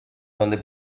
donde